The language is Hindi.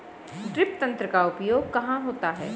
ड्रिप तंत्र का उपयोग कहाँ होता है?